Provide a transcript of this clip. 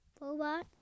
robot